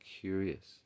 curious